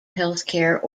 healthcare